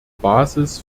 basis